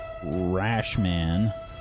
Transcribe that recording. Rashman